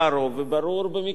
וברור במי כדאי לתמוך.